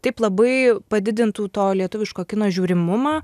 taip labai padidintų to lietuviško kino žiūrimumą